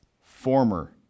former